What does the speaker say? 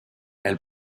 elle